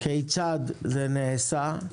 כיצד זה נעשה,